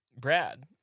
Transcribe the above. Brad